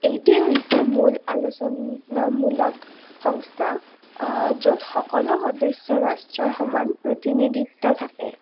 এইটোৱেই হৈছে মূল আলোচনামূলক সংস্থা য'ত সকলো সদস্য ৰাষ্ট্ৰৰ সমান প্ৰতিনিধিত্ব থাকে